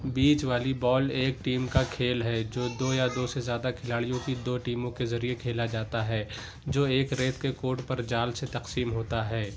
بیچ volleyball ایک team کا کھیل ہے جو دو یا دو سے زیادہ کھلاڑیوں کی دو ٹیموں کے ذریعہ کھیلا جاتا ہے جو ایک ریت کے کورٹ پر جال سے تقسیم ہوتا ہے